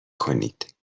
کنید